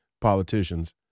politicians